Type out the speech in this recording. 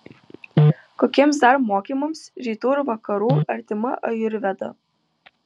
kokiems dar mokymams rytų ir vakarų artima ajurvedą